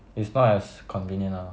it's not as convenient ah